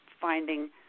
finding